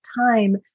time